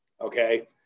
okay